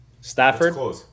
stafford